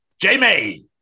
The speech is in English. Jamie